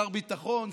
שר הביטחון,